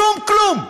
שום כלום?